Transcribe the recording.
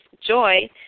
joy